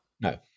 no